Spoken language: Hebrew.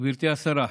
גברתי השרה,